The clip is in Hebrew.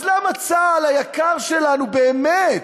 אז למה צה"ל היקר שלנו, באמת,